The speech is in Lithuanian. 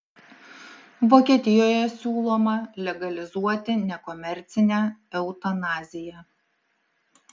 vokietijoje siūloma legalizuoti nekomercinę eutanaziją